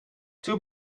too